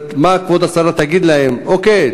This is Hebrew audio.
מה כבוד השרה תגיד להם: אוקיי,